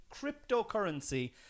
Cryptocurrency